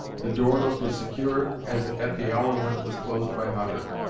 the door looked as secure as at the hour when it was closed by hutter,